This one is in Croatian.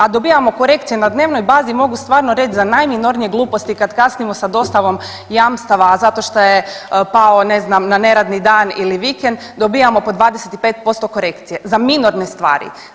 A dobivamo korekcije na dnevnoj bazi mogu stvarno reći za najminornije gluposti kad kasnimo sa dostavom jamstava zato što je pao ne znam na neradni dan ili vikend, dobijamo po 25% korekcije za minorne stvari.